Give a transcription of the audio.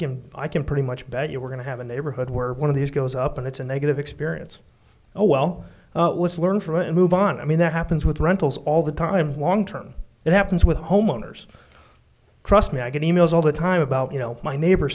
can i can pretty much bet you we're going to have a neighborhood where one of these goes up and it's a negative experience oh well let's learn from it and move on i mean that happens with rentals all the time long term it happens with homeowners trust me i get e mails all the time about you know my neighbor